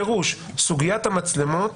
סוגיית המצלמות